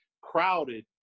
crowded